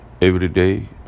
everyday